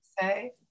say